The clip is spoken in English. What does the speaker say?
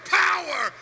power